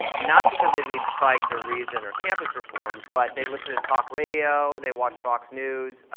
not because they read spiked or reason or campus reform, but they listen to talk radio, they watch fox news,